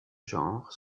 genre